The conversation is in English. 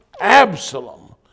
Absalom